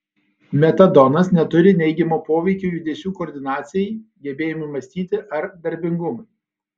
metadonas neturi neigiamo poveikio judesių koordinacijai gebėjimui mąstyti ar darbingumui